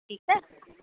ठीकु आहे